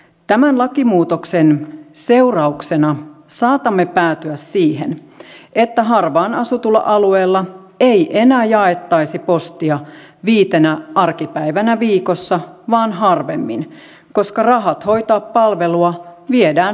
tämän lakimuutoksen seurauksena saatamme päätyä siihen että harvaan asutulla alueella ei enää jaettaisi postia viitenä arkipäivänä viikossa vaan harvemmin koska rahat hoitaa palvelua viedään postilta